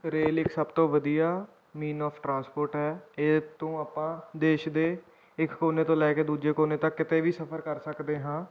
ਅ rail ਇਕ ਸਭ ਤੋਂ ਵਧੀਆ ਮੀਨ ਆਫ ਟਰਾਂਸਪੋਰਟ ਹੈ ਇਹ ਤੋਂ ਆਪਾਂ ਦੇਸ਼ ਦੇ ਇੱਕ ਕੋਨੇ ਤੋਂ ਲੈ ਕੇ ਦੂਜੇ ਕੋਨੇ ਤੱਕ ਕਿਤੇ ਵੀ ਸਫ਼ਰ ਕਰ ਸਕਦੇ ਹਾਂ